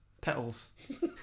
Petals